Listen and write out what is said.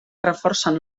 reforcen